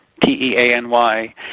T-E-A-N-Y